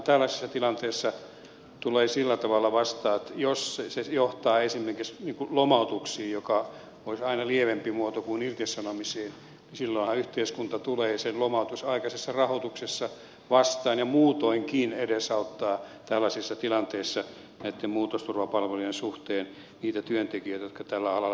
yhteiskuntahan tällaisessa tilanteessa tulee sillä tavalla vastaan että jos se johtaa esimerkiksi lomautuksiin jotka olisivat aina lievempi muoto kuin irtisanomiset niin silloinhan yhteiskunta tulee sen lomautuksen aikaisessa rahoituksessa vastaan ja muutoinkin edesauttaa tällaisessa tilanteessa näitten muutosturvapalvelujen suhteen niitä työntekijöitä jotka tällä alalla työskentelevät